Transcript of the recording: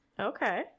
Okay